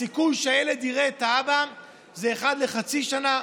הסיכוי שהילד יראה את האבא הוא אחת לחצי שנה,